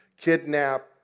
kidnap